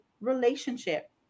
relationship